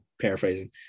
paraphrasing